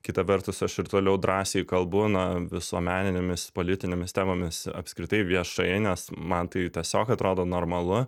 kita vertus aš ir toliau drąsiai kalbu na visuomeninėmis politinėmis temomis apskritai viešai nes man tai tiesiog atrodo normalu